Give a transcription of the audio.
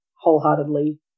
wholeheartedly